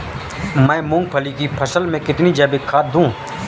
मैं मूंगफली की फसल में कितनी जैविक खाद दूं?